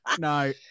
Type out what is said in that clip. No